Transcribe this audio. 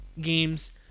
games